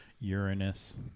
Uranus